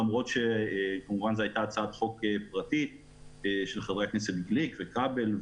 למרות שזאת הייתה הצעת חוק פרטית של חברי הכנסת גליק וכבל.